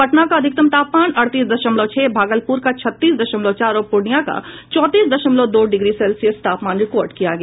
पटना का अधिकतम तापमान अड़तीस दशलमव छह भागलपूर का छत्तीस दशमलव चार और पूर्णियां का चौंतीस दशमलव दो डिग्री सेल्सियस तापमान रिकॉर्ड किया गया